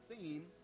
theme